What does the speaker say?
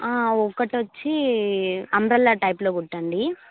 ఒకటి వచ్చి అంబ్రల్లా టైప్లో కుట్టండి